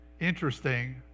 interesting